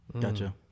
Gotcha